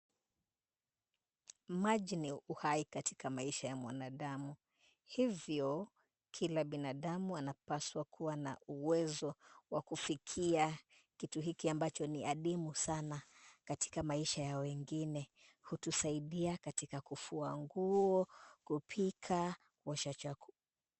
Maji ni uhai katika maisha ya mwanadamu, hivyo kila binadamu anapaswa kuwa na uwezo wa kufikia kitu hiki ambacho ni adimu sana katika maisha ya wengine. Hutusaidia katika kufua nguo, kupika, kuosha chakula.